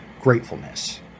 gratefulness